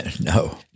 No